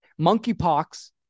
Monkeypox